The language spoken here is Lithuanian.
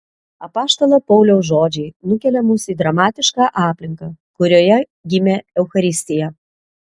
apaštalo pauliaus žodžiai nukelia mus į dramatišką aplinką kurioje gimė eucharistija